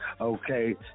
Okay